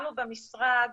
לנו במשרד